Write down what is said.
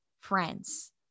friends